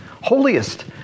holiest